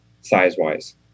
size-wise